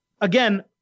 again